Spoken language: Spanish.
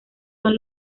son